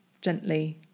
gently